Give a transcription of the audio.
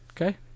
Okay